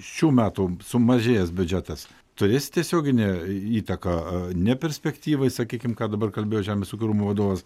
šių metų sumažėjęs biudžetas turės tiesioginę įtaką ne perspektyvai sakykim ką dabar kalbėjo žemės ūkio rūmų vadovas